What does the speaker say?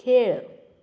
खेळ